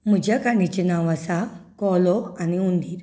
म्हज्या काणयेचें नांव आसा कोलो आनी हुंदीर